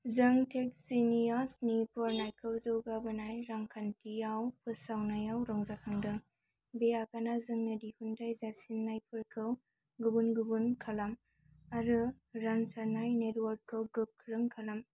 जों टेकजिनियासनि फुवारनायखौ जौगाबोनाय रांखान्थिआव फोसावनायाव रंजाखांदों बे आगानआ जोंनो दिहुनथाय जासिनायफोरखौ गुबुन गुबुन खालाम आरो रानसारनाय नेटवर्कखौ गोख्रों खालाम